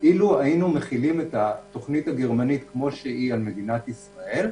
אילו היינו מחילים את התוכנית הגרמנית כמו שהיא על מדינת ישראל,